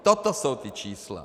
Toto jsou ta čísla.